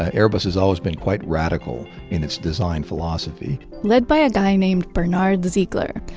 ah airbus has always been quite radical in its design philosophy led by a guy named bernard ziegler,